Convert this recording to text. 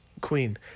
Queen